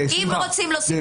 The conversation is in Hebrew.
גם לא נתבקשנו לשנות את זה.